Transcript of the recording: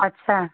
अच्छा